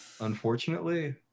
Unfortunately